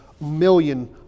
million